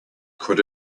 could